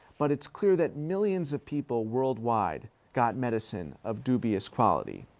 but it's clear that millions of people worldwide got medicine of dubious quality.